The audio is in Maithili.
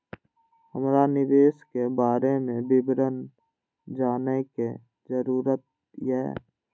हमरा निवेश के बारे में विवरण जानय के जरुरत ये?